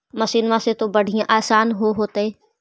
मसिनमा से तो बढ़िया आसन हो होतो?